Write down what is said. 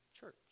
church